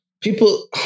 people